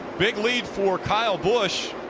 big lead for kyle busch.